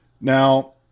Now